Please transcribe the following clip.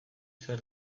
zer